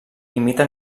imita